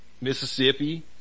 Mississippi